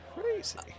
Crazy